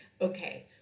okay